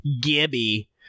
Gibby